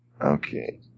Okay